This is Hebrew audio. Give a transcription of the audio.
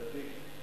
צדיק.